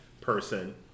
person